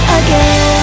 again